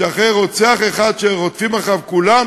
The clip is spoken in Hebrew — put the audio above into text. שבגלל רוצח אחד שרודפים אחריו כולם